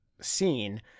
scene